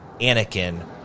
Anakin